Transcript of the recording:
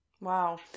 Wow